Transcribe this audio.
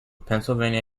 pennsylvania